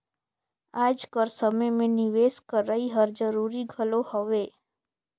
आएज कर समे में निवेस करई हर जरूरी घलो हवे